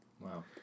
Wow